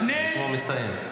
הוא כבר מסיים.